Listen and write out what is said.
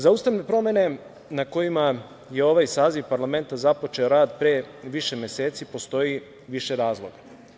Za ustavne promene na kojima je ovaj saziv parlamenta započeo rad pre više meseci postoji više razloga.